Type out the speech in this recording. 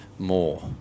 More